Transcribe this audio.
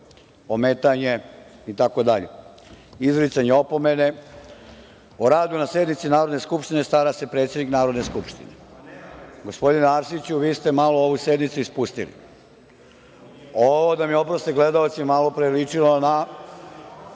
ometanje itd, izricanje opomene.O radu na sednici Narodne skupštine stara se predsednik Narodne skupštine. Gospodine Arsiću, vi ste malo ovu sednicu ispustili. Ovo, da mi oproste gledaoci, malopre je ličilo na